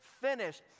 finished